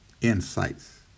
insights